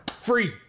Free